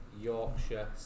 Yorkshire